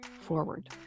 forward